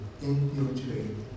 infiltrate